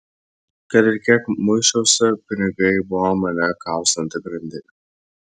kad ir kiek muisčiausi pinigai buvo mane kaustanti grandinė